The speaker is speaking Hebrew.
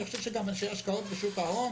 אגב, אני חושב שגם אנשי השקעות בשוק ההון